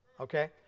okay